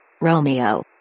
Romeo